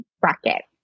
bracket